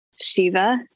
Shiva